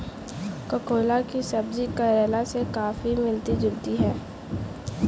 ककोला की सब्जी करेले से काफी मिलती जुलती होती है